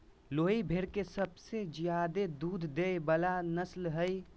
लोही भेड़ के सबसे ज्यादे दूध देय वला नस्ल हइ